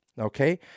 Okay